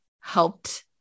helped